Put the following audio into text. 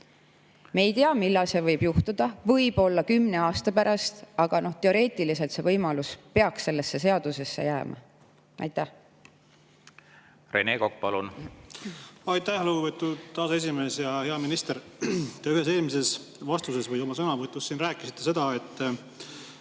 Me ei tea, millal see võib juhtuda, võib-olla kümne aasta pärast, aga teoreetiliselt see võimalus peaks sellesse seadusesse jääma. Rene Kokk, palun! Aitäh, lugupeetud aseesimees! Hea minister! Te ühes eelmises vastuses või oma sõnavõtus rääkisite, et